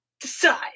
decide